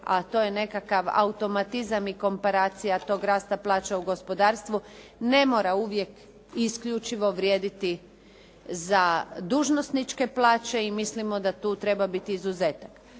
a to je nekakav automatizam i komparacija tog rasta plaća u gospodarstvu ne mora uvijek i isključivo vrijediti za dužnosničke plaće i mislimo da tu treba biti izuzetak.